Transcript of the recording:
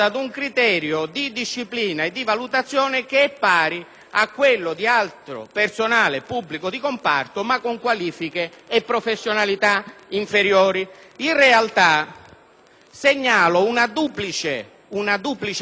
a quello di altro personale pubblico di comparto, ma con qualifiche e professionalità inferiori. In realtà, segnalo una duplice incoerenza: da un lato - e facciamo bene